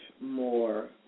more